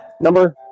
number